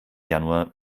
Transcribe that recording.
januar